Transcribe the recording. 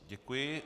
Děkuji.